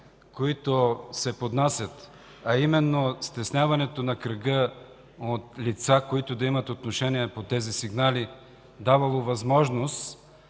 които се поднасят, а именно – стесняването на кръга от лица, които да имат отношение по тези сигнали, давало възможност,